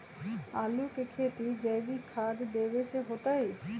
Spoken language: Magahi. आलु के खेती जैविक खाध देवे से होतई?